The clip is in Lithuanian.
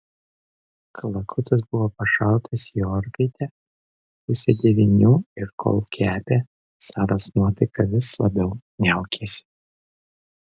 kalakutas buvo pašautas į orkaitę pusę devynių ir kol kepė saros nuotaika vis labiau niaukėsi